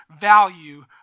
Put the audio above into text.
value